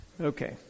Okay